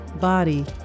body